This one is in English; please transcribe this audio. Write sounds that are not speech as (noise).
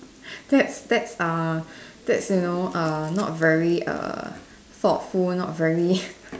that's that's uh that's you know err not very err thoughtful not very (breath)